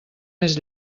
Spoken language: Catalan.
més